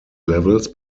levels